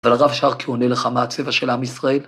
‫אבל הרב שרקי עונה לך ‫מהצבע של עם ישראל.